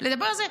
לדבר על זה,